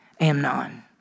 amnon